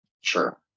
sure